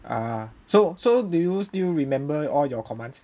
ah so so do you still remember all your commands